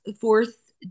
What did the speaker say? fourth